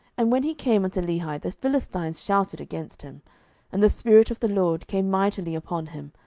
and when he came unto lehi, the philistines shouted against him and the spirit of the lord came mightily upon him,